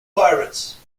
pirates